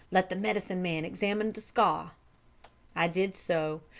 let the medicine man examine the scar i did so.